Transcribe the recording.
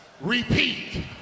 repeat